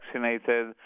vaccinated